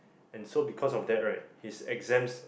and so because of that right his exams